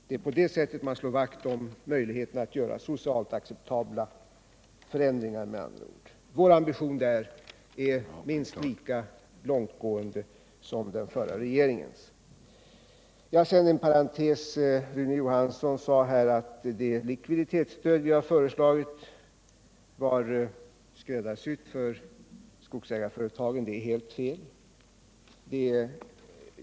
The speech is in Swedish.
Det är på det sättet man slår vakt om möjligheterna att göra socialt acceptabla förändringar. Vår ambition därvidlag är minst lika långtgående som den förra regeringens. Sedan en parentes. Rune Johansson sade att det likviditetsstöd vi föreslagit var skräddarsytt för skogsägarföretagen. Det är helt fel.